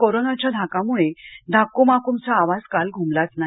कोरोनाच्या धाकामुळे धाक्क्माक्म चा आवाज काल घुमलाच नाही